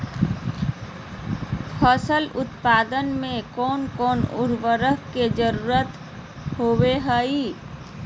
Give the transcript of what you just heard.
फसल उत्पादन में कोन कोन उर्वरक के जरुरत होवय हैय?